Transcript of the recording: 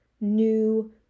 new